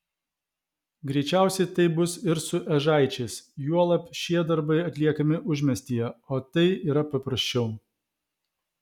greičiausiai taip bus ir su ežaičiais juolab šie darbai atliekami užmiestyje o tai yra paprasčiau